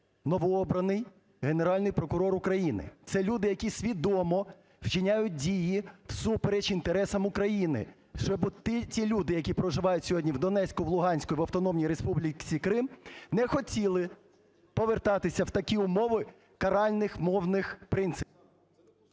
новообраний Генеральний прокурор України. Це люди, які свідомо вчиняють дії всупереч інтересам України, щоб ті люди, які проживають сьогодні в Донецьку, в Луганську і в Автономній Республіці Крим, не хотіли повертатися в такі умови каральних мовних принципів.